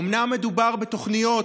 אומנם מדובר בתוכניות